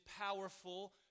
powerful